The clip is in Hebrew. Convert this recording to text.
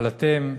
אבל אתם,